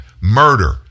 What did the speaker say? murder